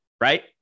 right